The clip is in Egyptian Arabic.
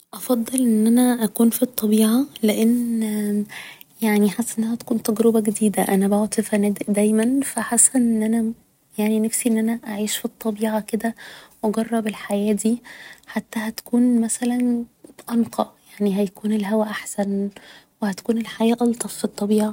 افضل ان أنا أكون في الطبيعة لان يعني حاسة انها هتكون تجربة جديدة أنا بقعد في فنادق دايما ف حاسة ان أنا يعني نفسي أن أنا أعيش في الطبيعة كده و اجرب الحياة دي حتى هتكون مثلا أنثى يعني هيكون الهوا احسن و هتكون الحياة الطف في الطبيعة